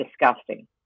disgusting